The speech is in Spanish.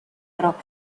rock